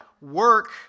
Work